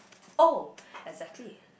oh exactly